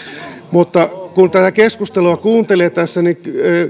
mutta kun tätä keskustelua kuuntelee niin